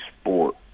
sport